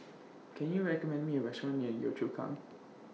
Can YOU recommend Me A Restaurant near Yio Chu Kang